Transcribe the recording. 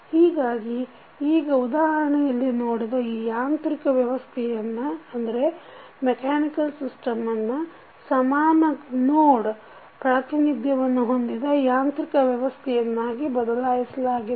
ಹೀಗಾಗಿ ಈಗ ಉದಾಹರಣೆಯಲ್ಲಿ ನೋಡಿದ ಈ ಯಾಂತ್ರಿಕ ವ್ಯವಸ್ಥೆಯನ್ನು ಸಮಾನ ನೋಡ್ ಪ್ರಾತಿನಿಧ್ಯವನ್ನು ಹೊಂದಿದ ಯಾಂತ್ರಿಕ ವ್ಯವಸ್ಥೆಯನ್ನಾಗಿ ಬದಲಾಯಿಸಲಾಗಿದೆ